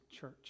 church